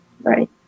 Right